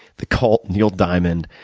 the cult. neil diamond.